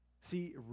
See